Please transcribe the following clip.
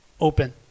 open